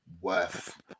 worth